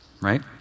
Right